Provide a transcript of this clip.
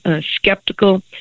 skeptical